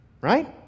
right